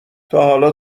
تاحالا